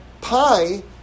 pi